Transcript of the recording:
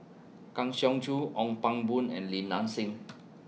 Kang Siong Joo Ong Pang Boon and Li Nanxing